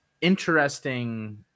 interesting